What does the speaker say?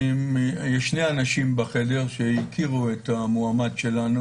אני עם שני אנשים בחדר שהכירו את המועמד שלנו,